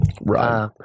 Right